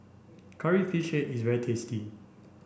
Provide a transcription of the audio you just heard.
curry fish head is very tasty